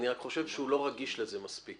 אני רק חושב שהוא לא רגיש לזה מספיק,